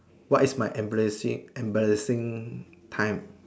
what is my embarrassing embarrassing time